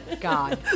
God